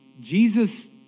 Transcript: Jesus